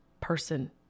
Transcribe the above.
person